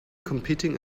competing